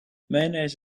mayonnaise